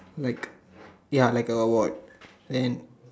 like ya like a award then